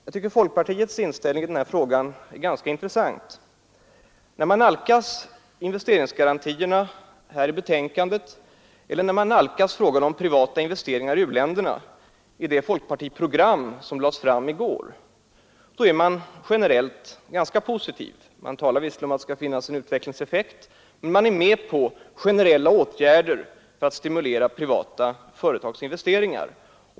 Jag tycker folkpartiets inställning i den här frågan är ganska intressant. När man nalkas investeringsgarantierna här i betänkandet eller när man nalkas frågan om privata investeringar i u-länderna i det folkpartiprogram som lades fram i går, är man generellt ganska positiv. Man talar visserligen om att det skall finnas en utvecklingseffekt, men man är med på generella åtgärder för att stimulera privata företags investeringar.